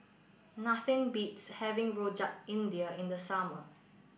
nothing beats having Rojak India in the summer